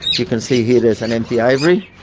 you can see here there's an empty aviary.